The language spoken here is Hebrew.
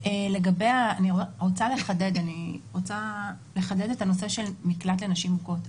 אני רוצה לחדד את הנושא של מקלט לנשים מוכות.